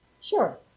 Sure